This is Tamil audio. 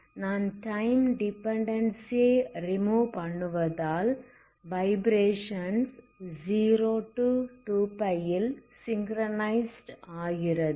ஆகவே நாம் டைம் டிபெண்ட்டன்சியை ரீமூவ் பண்ணுவதால் வைப்ரேஷன்ஸ் 0 2π ல் சிங்ரனைஸ்ட் ஆகிறது